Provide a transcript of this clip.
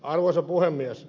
arvoisa puhemies